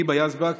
היבה יזבק,